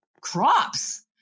crops